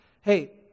Hey